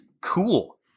cool